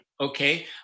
Okay